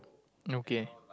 okay